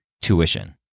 tuition